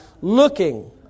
looking